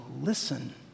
listen